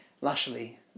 Lashley